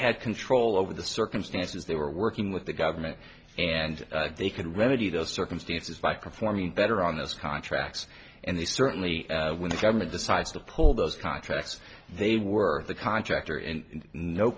had control over the circumstances they were working with the government and they can remedy those circumstances like performing better on those contracts and they certainly when the government decides to pull those contracts they were the contractor